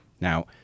Now